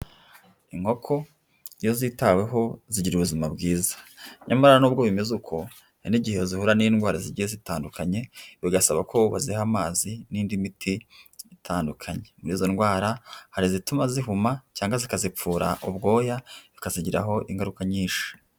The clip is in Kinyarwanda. Inkoko iyo zitaweho zigira ubuzima bwiza. Nyamara nubwo bimeze uko hari n'igihe zihura n'indwara zigiye zitandukanye, bigasaba ko baziha amazi n'indi miti itandukanye. Muri izo ndwara hari izituma zihuma cyangwa zikazipfura ubwoya zikazigiraho ingaruka nyinshi.